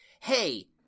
hey